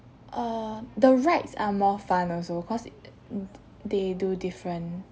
err the rides are more fun also cause e~ a~ u~ they do different